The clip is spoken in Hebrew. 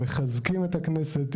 מחזקים את הכנסת,